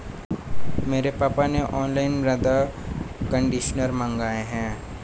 मेरे पापा ने ऑनलाइन मृदा कंडीशनर मंगाए हैं